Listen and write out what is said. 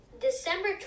December